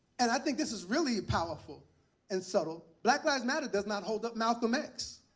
and i think this is really powerful and subtle. black lives matter does not hold up malcolm x.